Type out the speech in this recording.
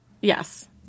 Yes